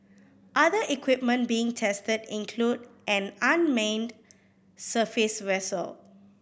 other equipment being tested include an unmanned surface vessel